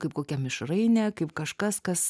kaip kokią mišrainę kaip kažkas kas